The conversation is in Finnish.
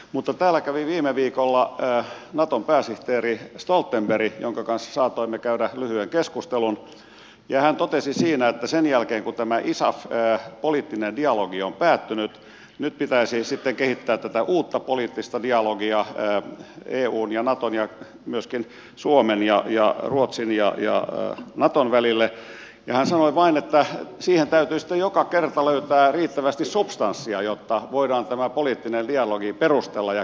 mutta täällä kävi viime viikolla naton pääsihteeri stoltenberg jonka kanssa saatoimme käydä lyhyen keskustelun ja hän totesi siinä että sen jälkeen kun tämä isaf poliittinen dialogi on päättynyt nyt pitäisi sitten kehittää tätä uutta poliittista dialogia eun ja naton ja myöskin suomen ja ruotsin ja naton välille ja hän sanoi vain että siihen täytyy sitten joka kerta löytää riittävästi substanssia jotta voidaan tämä poliittinen dialogi perustella ja käynnistää